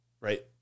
right